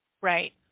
right